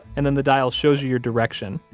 and then the dial shows you your direction,